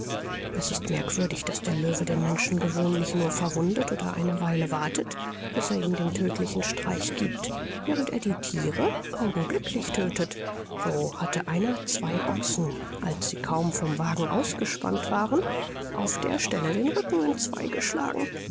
es ist merkwürdig daß der löwe den menschen gewöhnlich nur verwundet oder eine weile wartet bis er ihm den tödtlichen streich giebt während er die thiere augenblicklich tödtet so hatte einer zwei ochsen als sie kaum vom wagen ausgespannt waren auf der stelle den rücken entzwei geschlagen